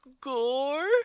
Gore